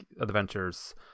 adventures